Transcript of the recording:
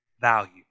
value